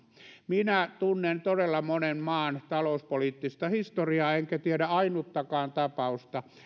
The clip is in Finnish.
minä tunnen todella monen maan talouspoliittista historiaa enkä tiedä ainuttakaan tapausta